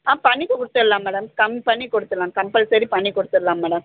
ஆ பண்ணி கொடுத்துட்லாம் மேடம் கம்மி பண்ணி கொடுத்துட்லாம் கம்பல்சரி பண்ணி கொடுத்துட்லாம் மேடம்